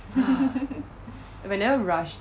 whenever rush 的